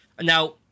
now